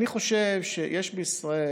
אני חושב שיש בישראל